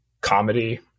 comedy